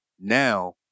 Now